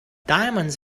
diamonds